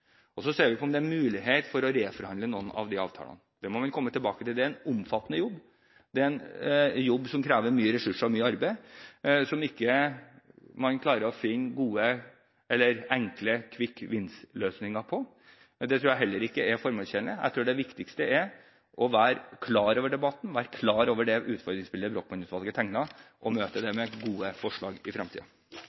Og vi ser på om det er mulighet for å reforhandle noen av avtalene. Det må vi komme tilbake til. Det er en omfattende jobb, det er en jobb som krever mye ressurser og mye arbeid, og som man ikke klarer å finne enkle «quick win»-løsninger på. Det tror jeg heller ikke er formålstjenlig. Jeg tror det viktigste er å være klar over debatten og det utfordringsbildet Brochmann-utvalget tegnet, og møte det med gode forslag i